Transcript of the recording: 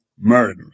murder